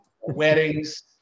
weddings